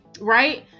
Right